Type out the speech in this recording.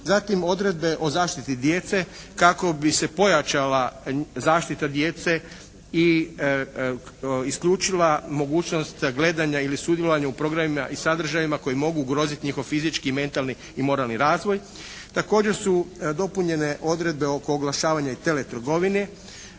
Zatim, odredbe o zaštiti djece kako bi se pojačala zaštita djece i isključila mogućnost gledanja ili sudjelovanja u programima i sadržajima koji mogu ugroziti njihov fizički, mentalni i moralni razvoj. Također su dopunjene odredbe oko oglašavanja i teletrgovine,